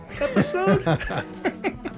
episode